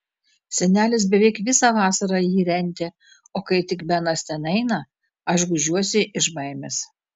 senelis beveik visą vasarą jį rentė o kai tik benas ten eina aš gūžiuosi iš baimės